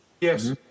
Yes